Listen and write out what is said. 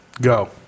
Go